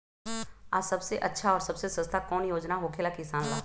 आ सबसे अच्छा और सबसे सस्ता कौन योजना होखेला किसान ला?